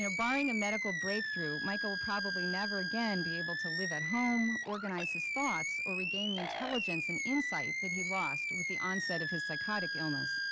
barring a medical breakthrough, mica will probably never again be able to live at home, organize his thoughts or regain the intelligence and insight that he lost with the onset of his psychotic illness.